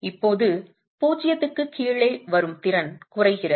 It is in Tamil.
இப்போது 0க்கு கீழே வரும் திறன் குறைகிறது